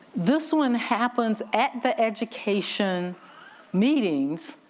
this one happens at the education meetings,